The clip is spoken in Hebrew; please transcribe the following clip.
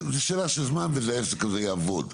זו שאלה של זמן וזה עסק אז זה יעבוד,